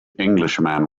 englishman